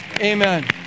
Amen